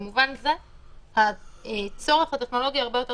במובן זה הצורך הטכנולוגי הרבה יותר